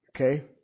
Okay